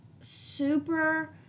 super